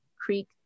Creek